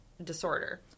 disorder